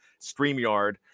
Streamyard